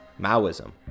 Maoism